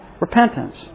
repentance